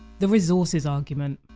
the resources argument.